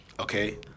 Okay